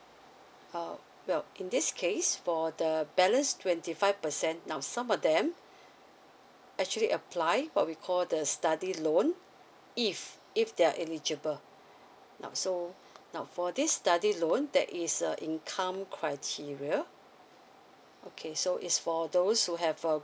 uh well in this case for the balance twenty five percent now some of them actually apply what we call the study loan if if they are eligible now so now for this study loan that is a income criteria okay so is for those who have uh